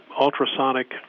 ultrasonic